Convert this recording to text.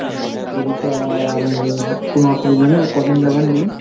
হুম পুরীটা কোনো অসুবিধা নেই কদিন যাবেন বলুন